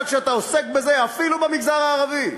אבל כשאתה עוסק בזה, אפילו במגזר הערבי,